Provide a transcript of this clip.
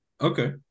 Okay